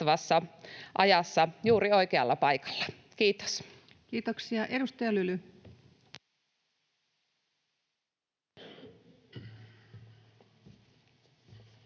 ajassa juuri oikealla paikalla. — Kiitos. Kiitoksia. — Edustaja Lyly. Arvoisa